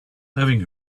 having